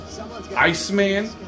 Iceman